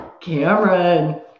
Cameron